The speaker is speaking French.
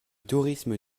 tourisme